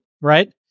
right